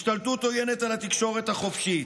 השתלטות עוינת על התקשורת החופשית,